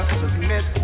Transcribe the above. submit